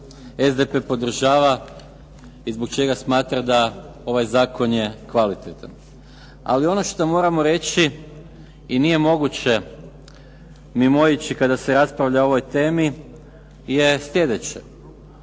SDP podržava i zbog čega smatra da ovaj zakon je kvalitetan, ali ono što moramo reći i nije moguće mimoići kada se raspravlja o ovoj temi je slijedeće,